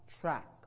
track